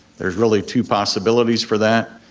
there's really two possibilities for that.